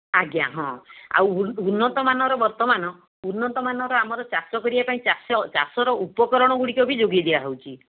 ଆଜ୍ଞା ହଁ ଆଉ ଉନ୍ନତମାନର ବର୍ତ୍ତମାନ ଉନ୍ନତମାନର ଆମର ଚାଷ କରିବା ପାଇଁ ଚାଷର ଉପକରଣଗୁଡ଼ିକ ବି ଯୋଗାଇ ଦିଆହେଉଛି